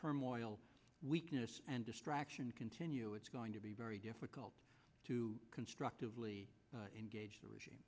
turmoil weakness and distraction continue it's going to be very difficult to constructively engage the regime